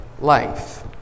life